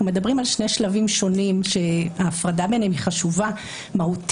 אנחנו מדברים על שני שלבים שונים שההפרדה ביניהם היא חשובה מהותית.